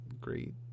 great